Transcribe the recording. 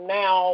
now